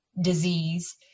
disease